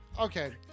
okay